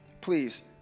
Please